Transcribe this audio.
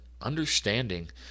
understanding